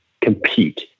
compete